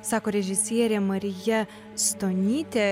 sako režisierė marija stonytė